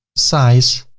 size,